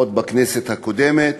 עוד בכנסת הקודמת.